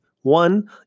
One